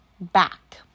back